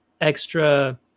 extra